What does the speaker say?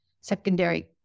secondary